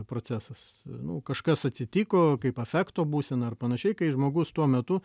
procesas nu kažkas atsitiko kaip afekto būsena ar panašiai kai žmogus tuo metu